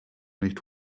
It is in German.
nicht